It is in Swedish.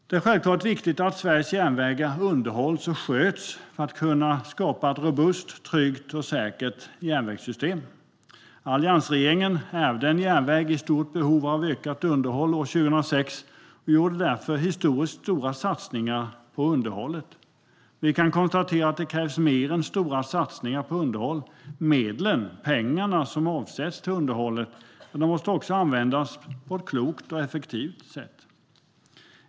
Det är självklart viktigt att Sveriges järnvägar underhålls och sköts för att kunna skapa ett robust, tryggt och säkert järnvägssystem. Alliansregeringen ärvde en järnväg i stort behov av ökat underhåll 2006 och gjorde därför historiskt stora satsningar på underhållet. Vi kan konstatera att det krävs mer än stora satsningar på underhåll. Medlen, pengarna, som avsätts till underhållet måste också användas på ett klokt och effektivt sätt.